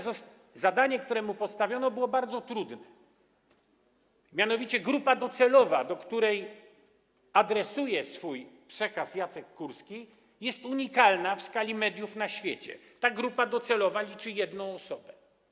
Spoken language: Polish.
Zadanie, które mu postawiono, było bardzo trudne, mianowicie grupa docelowa, do której adresuje swój przekaz Jacek Kurski, jest unikalna w skali mediów na świecie, ta grupa docelowa liczy jedną osobę.